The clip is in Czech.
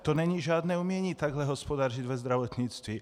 To není žádné umění takhle hospodařit ve zdravotnictví.